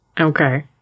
Okay